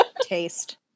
taste